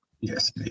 yes